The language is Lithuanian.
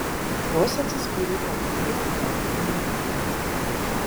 vos atsispyriau pagundai jam niuktelėti